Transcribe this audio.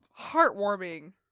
heartwarming